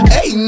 Hey